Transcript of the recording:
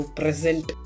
present